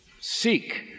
seek